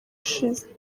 ishize